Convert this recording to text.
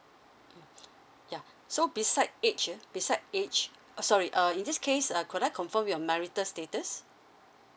mm ya so beside age ah beside age uh sorry uh in this case uh could I confirm your marital status